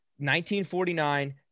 1949